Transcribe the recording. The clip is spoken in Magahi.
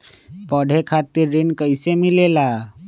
पढे खातीर ऋण कईसे मिले ला?